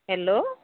hello